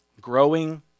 growing